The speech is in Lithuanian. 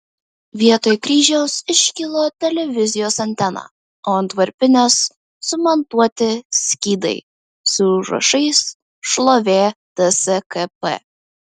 vietoj kryžiaus iškilo televizijos antena o ant varpinės sumontuoti skydai su užrašais šlovė tskp